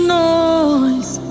noise